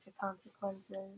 consequences